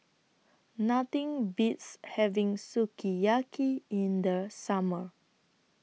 Nothing Beats having Sukiyaki in The Summer